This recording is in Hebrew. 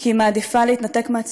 כי היא מעדיפה להתנתק מהציבור.